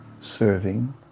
serving